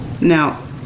Now